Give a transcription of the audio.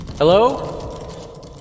Hello